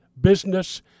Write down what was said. business